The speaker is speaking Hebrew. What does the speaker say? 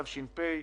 התש"ף,